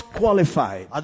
qualified